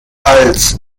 als